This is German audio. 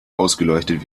ausgeleuchtet